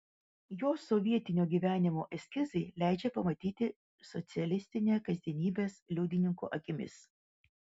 jo sovietinio gyvenimo eskizai leidžia pamatyti socialistinę kasdienybę liudininko akimis